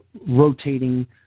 rotating